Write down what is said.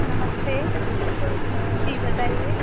नमस्ते जी बताइए